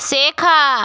শেখা